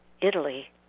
Italy